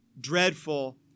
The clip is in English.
dreadful